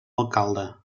alcalde